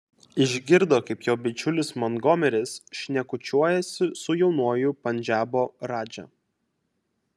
išgirdo kaip jo bičiulis montgomeris šnekučiuojasi su jaunuoju pandžabo radža